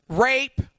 rape